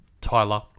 Tyler